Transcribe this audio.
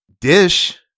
Dish